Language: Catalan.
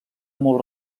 molt